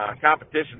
competition